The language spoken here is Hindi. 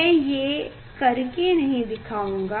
मैं ये कर के नहीं दिखौंगा